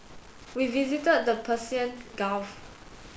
we visited the Persian Gulf